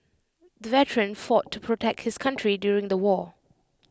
the veteran fought to protect his country during the war